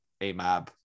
AMAB